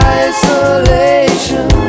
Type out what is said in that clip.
isolation